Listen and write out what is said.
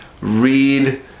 read